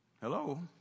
Hello